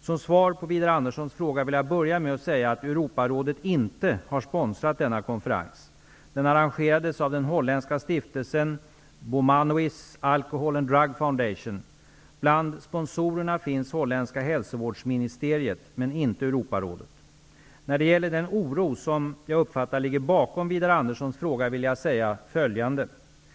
Som svar på Widar Anderssons fråga vill jag börja med att säga att Europarådet inte har sponsrat denna konferens. Den arrangerades av den holländska stiftelsen Boumanhuis Alcohol and Drug Foundation. Bland sponsorerna finns holländska hälsovårdsministeriet men inte Europarådet. När det gäller den oro som jag uppfattar ligger bakom Widar Anderssons fråga vill jag säga följande.